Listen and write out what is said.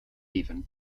even